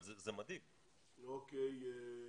אוקיי.